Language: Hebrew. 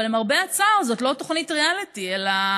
אבל למרבה הצער, זו לא תוכנית ריאליטי אלא